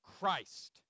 Christ